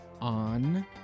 on